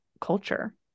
culture